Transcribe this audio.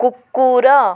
କୁକୁର